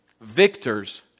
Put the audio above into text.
Victors